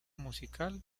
musical